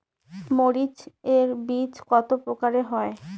মরিচ এর বীজ কতো প্রকারের হয়?